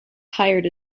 hired